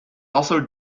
also